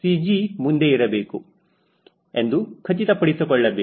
G ಮುಂದೆ ಇರಬೇಕು ಎಂದು ಖಚಿತಪಡಿಸಿಕೊಳ್ಳಬೇಕು